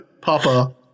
Papa